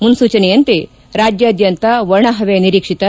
ಮುನ್ನೂಚನೆಯಂತೆ ರಾಜ್ಯಾದ್ಯಂತ ಒಣ ಹವೆ ನಿರೀಕ್ಷಿತ